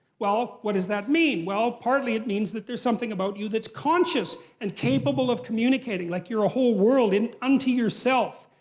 well, what does that mean? well, partly it means that there's something about you that's conscious and capable of communicating, like you're a whole world and unto yourself.